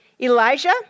Elijah